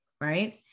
Right